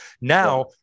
Now